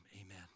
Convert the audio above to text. amen